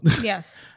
Yes